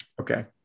Okay